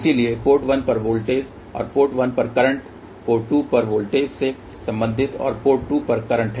इसलिए पोर्ट 1 पर वोल्टेज और पोर्ट 1 पर करंट पोर्ट 2 पर वोल्टेज से संबंधित और पोर्ट 2 पर करंट